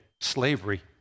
Slavery